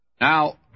Now